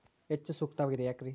ಹೆಚ್ಚು ಸೂಕ್ತವಾಗಿದೆ ಯಾಕ್ರಿ?